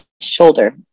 shoulder